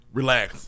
relax